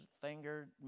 finger